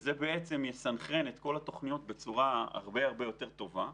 זה יסנכרן את כל התוכניות בצורה הרבה יותר טובה.